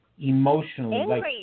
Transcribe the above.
emotionally